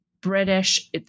British